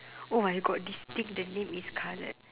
oh my god this thing the name is scarlet